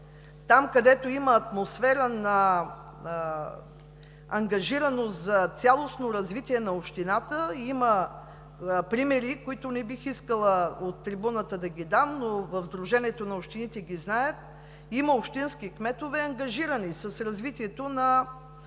Там, където има атмосфера на ангажираност на цялостно развитие на общината – има примери, които не бих искала от трибуната да ги дам, но в Сдружението на общините ги знаят – има общински кметове, които са ангажирани с развитието и